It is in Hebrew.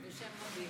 בשם רבים.